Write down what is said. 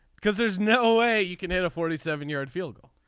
because there's no way you can hit a forty seven yard field goal.